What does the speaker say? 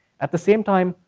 at the same time,